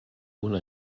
una